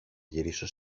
γυρίσω